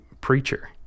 preacher